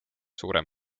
suurem